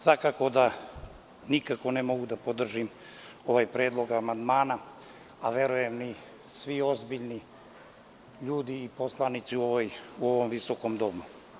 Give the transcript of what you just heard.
Svakako da nikako ne mogu da podržim ovaj predlog amandmana, a verujem ni svi ozbiljni ljudi i poslanici u ovom visokom domu.